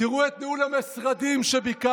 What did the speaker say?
תראו את ניהול המשרדים שביקשתם.